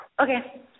Okay